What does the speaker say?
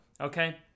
okay